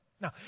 Now